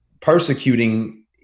persecuting